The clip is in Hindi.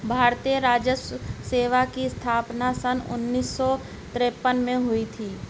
भारतीय राजस्व सेवा की स्थापना सन उन्नीस सौ तिरपन में हुई थी